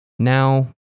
Now